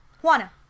Juana